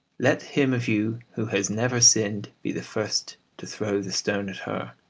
let him of you who has never sinned be the first to throw the stone at her